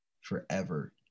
forever